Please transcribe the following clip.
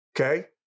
okay